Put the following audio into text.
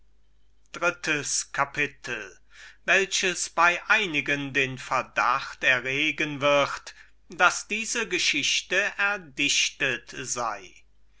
viertes kapitel welches bei einigen den verdacht erwecken wird daß diese geschichte erdichtet sei